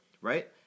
right